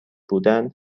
بودن